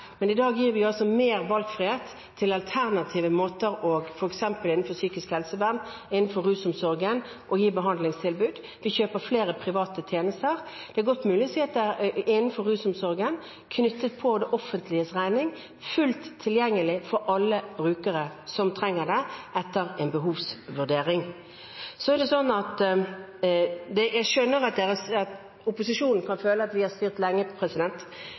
Men i dag gir vi altså mer valgfrihet til alternative måter å gi behandlingstilbud på, f.eks. innenfor psykisk helsevern og innenfor rusomsorgen. Vi kjøper flere private tjenester. Det er godt mulig å si at tilbudet innenfor rusomsorgen på det offentliges regning er fullt tilgjengelig for alle brukere som trenger det, etter en behovsvurdering. Jeg skjønner at opposisjonen kan føle at vi har styrt lenge,